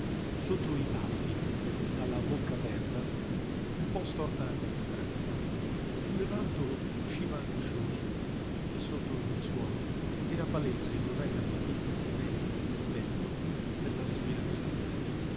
sotto i baffi dalla bocca aperta un po storta a destra il rantolo usciva angoscioso e sotto il lenzuolo era palese l'orrenda fatica del ventre e del petto per la respirazione